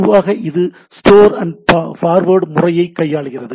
பொதுவாக இது store and forward முறையை கையாளுகிறது